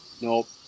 Nope